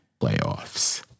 playoffs